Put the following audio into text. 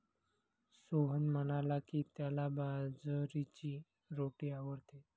सोहन म्हणाला की, त्याला बाजरीची रोटी आवडते